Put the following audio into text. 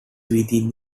within